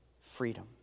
freedom